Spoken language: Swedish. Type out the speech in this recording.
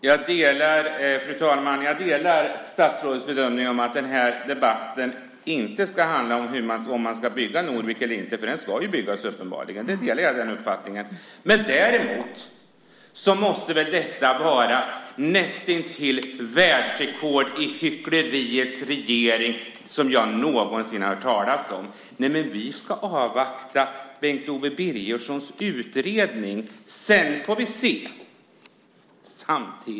Fru talman! Om man ska bygga Norvik eller inte ska inte den här debatten handla om. Där delar jag statsrådets bedömning. Hamnen ska uppenbarligen byggas. Jag delar den uppfattningen. Däremot måste detta vara en regering som har näst intill världsrekord i hyckleri, åtminstone som jag någonsin har hört talas om: Vi ska avvakta Bengt Owe Birgerssons utredning, sedan får vi se.